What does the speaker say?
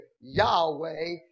Yahweh